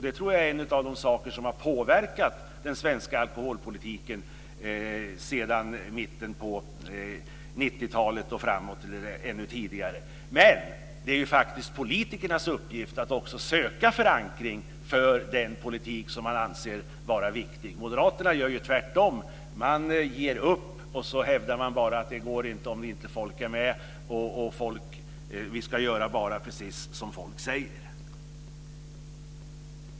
Det tror jag är en av de saker som har påverkat den svenska alkoholpolitiken sedan mitten av 90-talet och framåt, eller ännu tidigare. Men det är ju faktiskt politikernas uppgift att också söka förankring för den politik som man anser vara viktig. Moderaterna gör tvärtom. Man ger upp och hävdar bara att det inte går om inte folk är med och att man ska göra precis som folk säger.